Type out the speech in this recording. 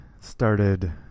started